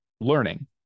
learning